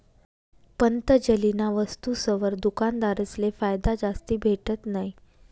पतंजलीना वस्तुसवर दुकानदारसले फायदा जास्ती भेटत नयी